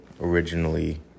originally